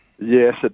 Yes